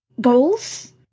goals